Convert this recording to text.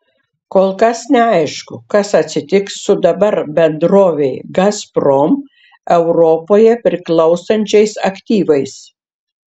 kol kas neaišku kas atsitiks su dabar bendrovei gazprom europoje priklausančiais aktyvais